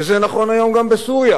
וזה נכון היום גם בסוריה,